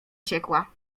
ciekła